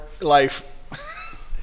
life